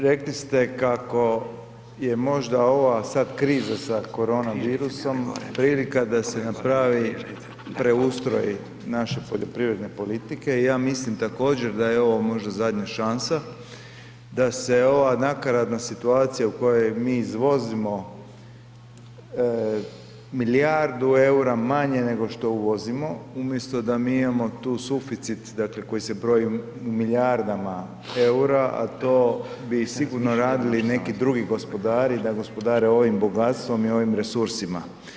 Rekli ste kako je možda ova sad kriza sa korona virusom prilika da se napravi preustroj naše poljoprivredne politike i ja mislim također da je ovo možda zadnja šansa da se ova nakaradna situacija u kojoj mi izvozimo milijardu eura manje nego što uvozimo, umjesto da mi imamo tu suficit koji se broji u milijardama eura, a to bi sigurno radili neki drugi gospodari da gospodare ovim bogatstvom i ovim resursima.